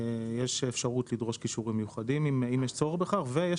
יש אפשרות לדרוש כישורים מיוחדים אם יש צורך בכך ויש